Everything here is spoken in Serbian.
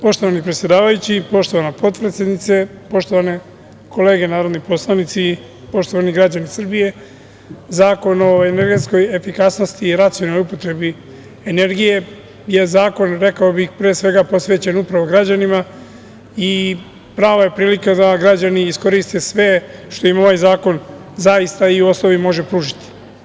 Poštovani predsedavajući, poštovana potpredsednice, poštovane kolege narodni poslanici, poštovani građani Srbije, Zakon o energetskoj efikasnosti i racionalnoj upotrebi energije je zakon, rekao bih, pre svega, posvećen upravo građanima i prava je prilika da građani iskoriste sve što im ovaj zakon zaista i u osnovi može pružiti.